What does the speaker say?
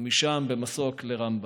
ומשם במסוק לרמב"ם.